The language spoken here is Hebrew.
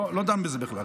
אני לא דן בזה בכלל.